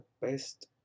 best